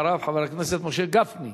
אחריו, חבר הכנסת משה גפני,